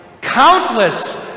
countless